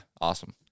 Awesome